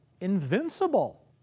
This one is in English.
invincible